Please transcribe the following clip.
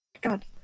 God